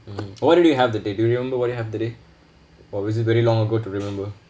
mmhmm what did you have that day do you remember what you had the day or was it very long ago to remember